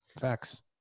Facts